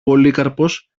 πολύκαρπος